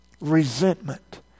resentment